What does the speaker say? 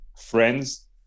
friends